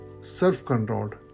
self-controlled